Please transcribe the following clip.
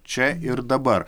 čia ir dabar